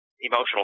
emotional